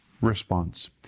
response